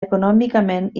econòmicament